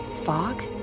Fog